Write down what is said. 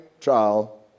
trial